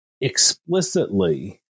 explicitly